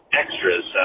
extras